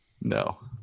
No